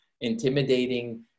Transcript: intimidating